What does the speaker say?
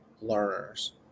learners